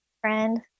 Friend